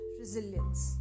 resilience